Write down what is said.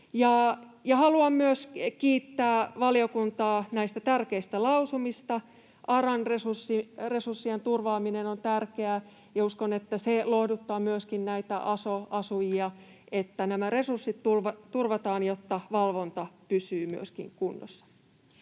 Haluan myös kiittää valiokuntaa näistä tärkeistä lausumista. ARAn resurssien turvaaminen on tärkeää, ja uskon, että se lohduttaa myöskin näitä aso-asujia, että nämä resurssit turvataan, jotta myöskin valvonta pysyy kunnossa.